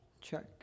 check